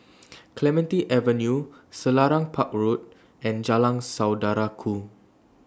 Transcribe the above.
Clementi Avenue Selarang Park Road and Jalan Saudara Ku